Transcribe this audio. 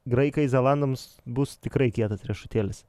graikai zelandams bus tikrai kietas riešutėlis